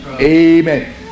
Amen